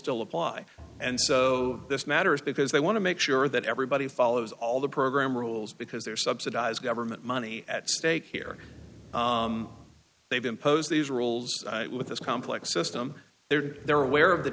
still apply and so this matters because they want to make sure that everybody follows all the program rules because they're subsidized government money at stake here they've imposed these rules with this complex system there they're aware of the